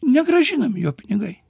negrąžinami jo pinigai